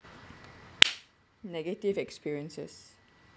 negative experiences